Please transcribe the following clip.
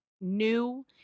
new